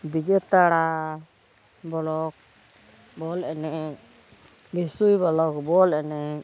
ᱵᱤᱡᱚᱭᱛᱟᱲᱟ block ᱵᱚᱞ ᱮᱱᱮᱡ ᱵᱤᱥᱩᱭ ᱵᱚᱞᱚᱠ ᱵᱚᱞ ᱮᱱᱮᱡ